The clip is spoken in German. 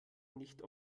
nicht